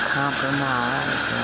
compromise